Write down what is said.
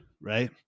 right